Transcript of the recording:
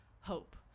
hope